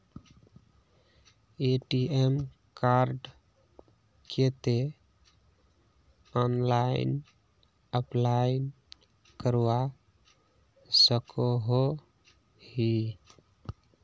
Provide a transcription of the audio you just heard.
ATM कार्डेर केते online apply करवा सकोहो ही?